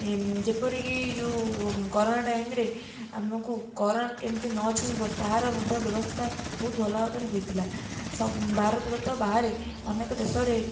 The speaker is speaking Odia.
ଯେପରିକି ଯେଉଁ କରୋନା ଟାଇମ୍ରେ ଆମକୁ କରୋନା କେମିତି ନ ଛୁଇଁବ ତା'ର ମଧ୍ୟ ବ୍ୟବସ୍ଥା ବହୁତ ଭଲ ଭାବରେ ହୋଇଥିଲା ଭାରତ ବ୍ୟତୀତ ବାହାରେ ଅନେକ ଦେଶରେ